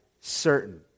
certain